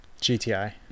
GTI